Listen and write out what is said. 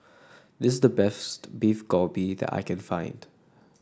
this is the Beef Galbi that I can find